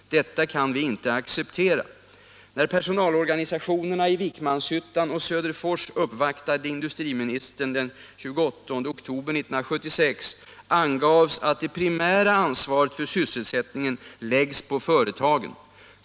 Detta kan vi inte acceptera. När personalorganisationerna i Vikmanshyttan och Söderfors uppvaktade industriministern 76-10-28 angavs att det primära ansvaret för sysselsättningen läggs på företagen.